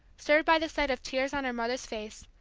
stirred by the sight of tears on her mother's face,